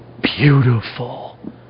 beautiful